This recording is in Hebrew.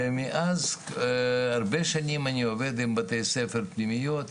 ומאז הרבה שנים אני עובד עם בתי ספר פנימיות,